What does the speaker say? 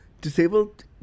disabled